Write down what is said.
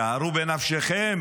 שערו בנפשכם